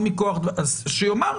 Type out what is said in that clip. אז שיאמר.